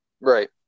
Right